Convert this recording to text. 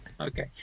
okay